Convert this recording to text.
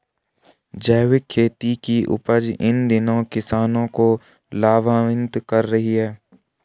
जैविक खेती की उपज इन दिनों किसानों को लाभान्वित कर रही है